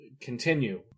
continue